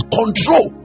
control